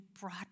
brought